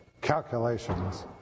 calculations